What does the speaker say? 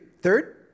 Third